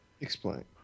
Explain